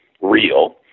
real